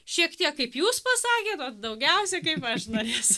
šiek tiek kaip jūs pasakėt o daugiausia kaip aš norėsiu